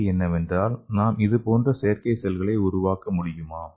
கேள்வி என்னவென்றால் நாம் இதேபோன்ற செயற்கை செல்களை உருவாக்க முடியுமா